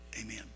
amen